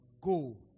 go